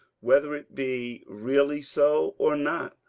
whether it be really so or not,